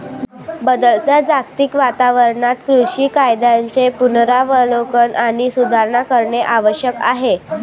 बदलत्या जागतिक वातावरणात कृषी कायद्यांचे पुनरावलोकन आणि सुधारणा करणे आवश्यक आहे